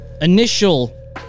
initial